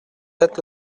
sept